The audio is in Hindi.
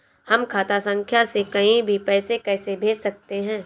हम खाता संख्या से कहीं भी पैसे कैसे भेज सकते हैं?